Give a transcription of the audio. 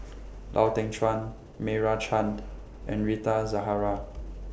Lau Teng Chuan Meira Chand and Rita Zahara